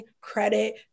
credit